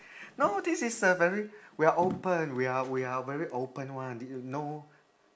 no this is a very we're open we're we're very open one th~ no